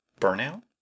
burnout